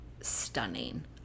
stunning